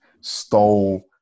stole